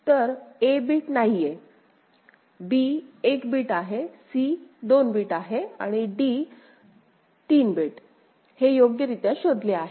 तर a bit नाहीये b 1 bit आहे c 2 बिट आहे आणि d 3 बिटहे योग्यरित्या शोधले आहे